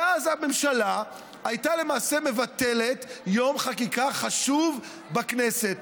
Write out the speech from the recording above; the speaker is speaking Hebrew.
ואז הממשלה הייתה למעשה מבטלת יום חקיקה חשוב בכנסת.